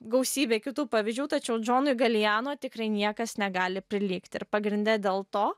gausybė kitų pavyzdžių tačiau džonui galijano tikrai niekas negali prilygti ir pagrinde dėl to